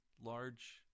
large